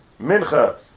Mincha